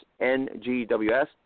NGWS